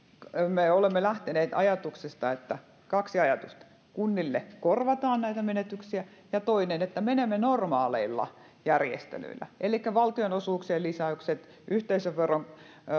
me olemme lähteneet ajatuksesta kaksi ajatusta että kunnille korvataan näitä menetyksiä ja toinen on että menemme normaaleilla järjestelyillä elikkä valtionosuuksien lisäykset yhteisöveron